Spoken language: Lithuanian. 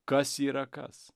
kas yra kas